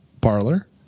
parlor